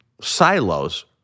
silos